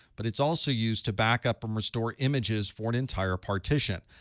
but it's also used to backup and restore images for an entire partition.